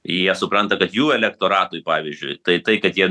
jie supranta kad jų elektoratui pavyzdžiui tai tai kad jie